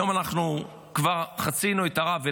היום אנחנו כבר חצינו את הרף.